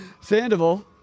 Sandoval